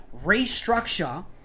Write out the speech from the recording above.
restructure